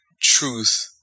truth